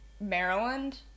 Maryland